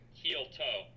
heel-toe